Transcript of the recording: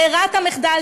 ברירת המחדל,